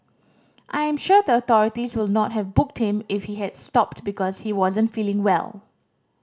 I am sure the authorities would not have booked him if he had stopped because he wasn't feeling well